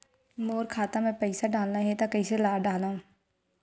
मोर खाता म पईसा डालना हे त कइसे डालव?